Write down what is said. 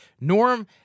norm